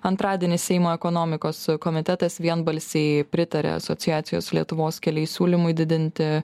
antradienį seimo ekonomikos komitetas vienbalsiai pritarė asociacijos lietuvos keliai siūlymui didinti